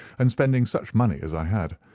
and spending such money as i had,